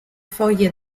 foglie